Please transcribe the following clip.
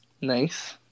nice